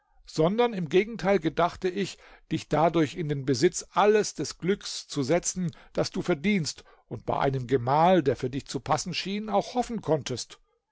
sondern im gegenteil gedachte ich dich dadurch in den besitz alles des glücks zu setzen das du verdienst und bei einem gemahl der für dich zu passen schien auch hoffen konntest